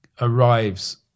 arrives